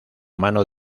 mano